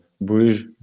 Bruges